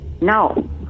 No